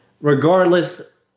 regardless